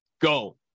go